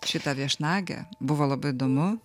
šitą viešnagę buvo labai įdomu